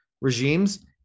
regimes